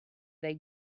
they